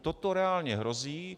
Toto reálně hrozí.